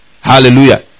Hallelujah